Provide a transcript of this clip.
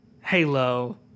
Halo